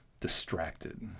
distracted